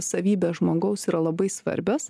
savybės žmogaus yra labai svarbios